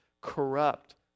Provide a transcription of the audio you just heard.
corrupt